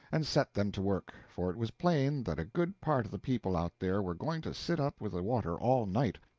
and set them to work, for it was plain that a good part of the people out there were going to sit up with the water all night,